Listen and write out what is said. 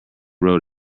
road